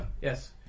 Yes